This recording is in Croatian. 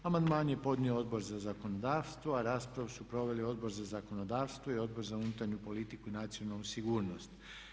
Amandman je podnio Odbor za zakonodavstvu a raspravu su proveli Odbor za zakonodavstvo i Odbor za unutarnju politiku i nacionalnu sigurnost.